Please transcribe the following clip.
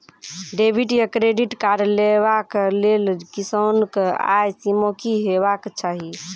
Debit या credit card लेवाक लेल किसानक आय सीमा की हेवाक चाही?